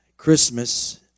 Christmas